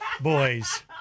boys